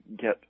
get